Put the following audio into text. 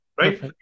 right